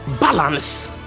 balance